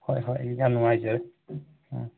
ꯍꯣꯏ ꯍꯣꯏ ꯌꯥꯝ ꯅꯨꯡꯉꯥꯏꯖꯔꯦ